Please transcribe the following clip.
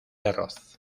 arroz